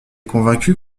convaincu